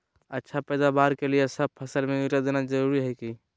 अच्छा पैदावार के लिए सब फसल में यूरिया देना जरुरी है की?